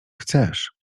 chcesz